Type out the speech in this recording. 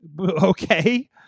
Okay